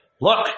Look